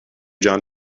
john